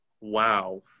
Wow